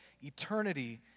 eternity